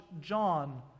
John